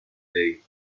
day